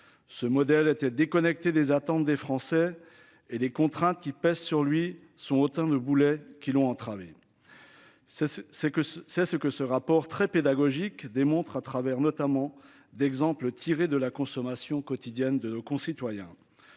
ce modèle était déconnectés des attentes des Français et des contraintes qui pèsent sur lui sont autant de boulets qui l'ont entravé. Ça se, c'est que, c'est ce que ce rapport très pédagogique démontre à travers notamment d'exemples tirés de la consommation quotidienne de nos concitoyens.